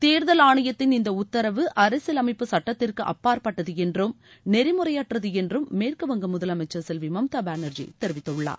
தேர்தல் ஆணையத்தின் இந்த உத்தரவு அரசியல் அமைப்பு சுட்டத்திற்கு அப்பாற்பட்டது என்றும் நெறிமுறையற்றது என்றும் மேற்குவங்க முதலமைச்சர் செல்வி மம்தா பேனர்ஜி தெரிவித்துள்ளார்